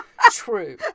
true